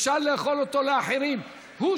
אפשר שאחרים יאכלו.